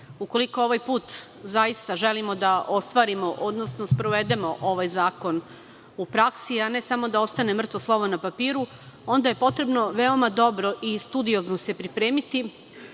ukoliko ovaj put zaista želimo da ostvarimo, odnosno sprovedemo ovaj zakon u praksi, a ne samo da ostane mrtvo slovo na papiru, onda je potrebno veoma dobro i studiozno se pripremiti,